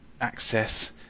access